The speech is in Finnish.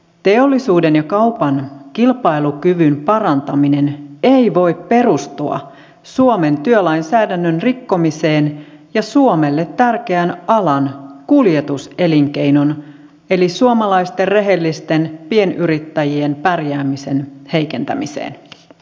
teollisuuden ja kaupan kilpailukyvyn parantaminen ei voi perustua suomen työlainsäädännön rikkomiseen ja suomelle tärkeän alan kuljetuselinkeinon eli suomalaisten rehellisten pienyrittäjien pärjäämisen heikentämiseen